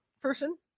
person